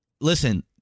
Listen